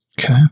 Okay